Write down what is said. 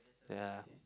ya